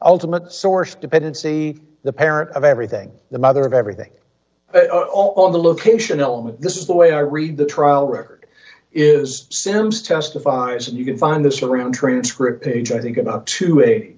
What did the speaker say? ultimate source dependency the parent of everything the mother of everything on the location element this is the way i read the trial record is sims testifies and you can find the supreme treats for a page i think about to